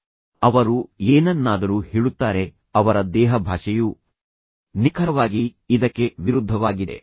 ಜನರು ಸಾಮಾನ್ಯವಾಗಿ ಒಂದು ವಿಷಯವನ್ನು ಹೇಳುತ್ತಾರೆ ಆದರೆ ನಂತರ ಅವರು ಬೇರೆ ಏನನ್ನಾದರೂ ಅರ್ಥೈಸುತ್ತಾರೆ ಏನಾದರೂ ಕೆಲವೊಮ್ಮೆ ಅವರು ನಿಖರವಾಗಿ ವಿರುದ್ಧವಾಗಿ ಅರ್ಥೈಸುತ್ತಾರೆ